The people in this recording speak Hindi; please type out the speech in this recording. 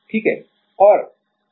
ठीक है